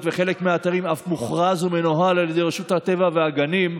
וחלק מהאתרים אף מוכרז ומנוהל על ידי רשות הטבע והגנים,